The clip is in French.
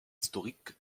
historique